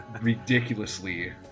Ridiculously